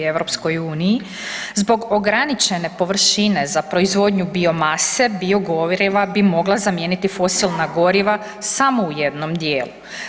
Zbog ograničene površine za proizvodnju biomase, biogoriva bi mogla zamijeniti fosilna goriva samo u jednom dijelu.